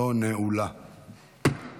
אין